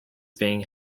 being